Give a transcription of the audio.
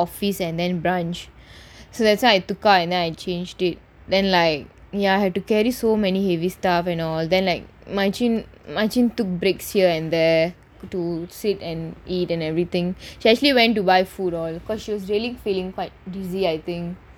and then branch so that's why I took out and then I changed it then like ya have to carry so many heavy stuff and all then like took breaks here and there to sit and eat and everything she actually went to buy food all because she was really feeling quite dizzy I think